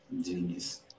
Genius